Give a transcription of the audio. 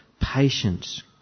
patience